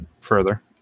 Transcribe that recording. further